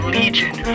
legion